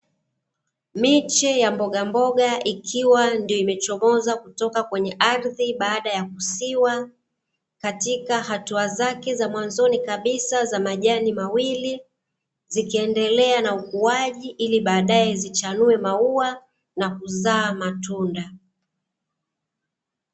Miche ya mboga mboga ikiwa ndio imechomoza kwenye ardhi baada yakusiwa katika hatua zake za mwanzoni kabisa za majani mawili, zikiiendelea na ukuaji ili badae zichanue na kuzaa matunda.